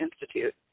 Institute